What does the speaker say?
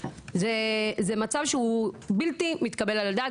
אלא זה מצב שהוא בלתי מתקבל על הדעת.